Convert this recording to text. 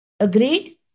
Agreed